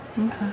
Okay